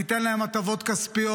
תיתן להם הטבות כספיות.